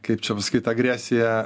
kaip čia pasakyt agresija